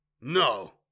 No